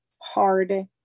hard